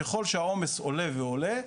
ככל שהעומס עולה ועולה,